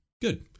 Good